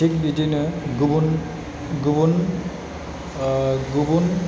थिग बिदिनो गुबुन गुबुन गुबुन